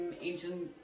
ancient